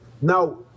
Now